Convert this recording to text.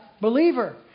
believer